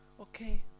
Okay